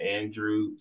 Andrew